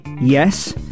yes